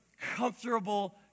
comfortable